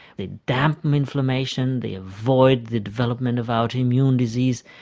they dampen inflammation, they avoid the development of autoimmune disease,